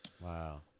Wow